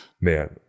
man